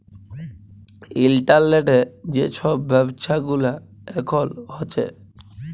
ইলটারলেটে যে ছব ব্যাব্ছা গুলা এখল হ্যছে